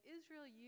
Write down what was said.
Israel